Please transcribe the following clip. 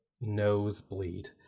nosebleed